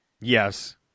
Yes